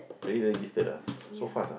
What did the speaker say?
they already registered ah so fast ah